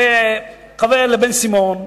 לבן-סימון,